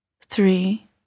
three